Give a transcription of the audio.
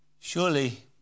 Surely